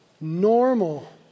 normal